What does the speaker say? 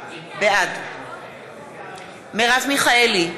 בעד מרב מיכאלי,